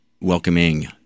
welcoming